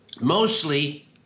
mostly